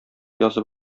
язып